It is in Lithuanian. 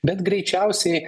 bet greičiausiai